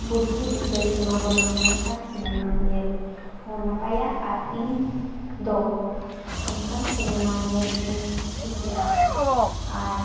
ᱵᱩᱫᱽᱫᱷᱤ ᱫᱤᱥᱟᱹᱭ ᱮᱢᱟ ᱵᱚᱱᱟ ᱚᱱᱠᱟᱱ ᱧᱮᱞ ᱦᱚᱸ ᱱᱟᱯᱟᱭ ᱟᱨ ᱤᱧᱫᱚ ᱚᱱᱠᱟᱱ ᱧᱮᱞᱤᱧ ᱠᱩᱥᱤᱭᱜᱼᱟ ᱟᱨ